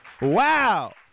Wow